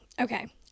Okay